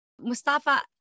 Mustafa